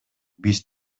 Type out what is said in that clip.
биз